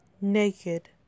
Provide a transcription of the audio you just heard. Naked